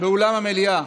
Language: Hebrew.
באולם המליאה,